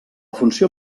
funció